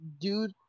dude